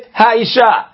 ha'isha